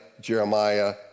Jeremiah